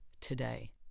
today